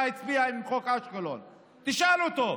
תשאל אותו.